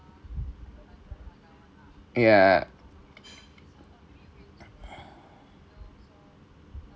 ya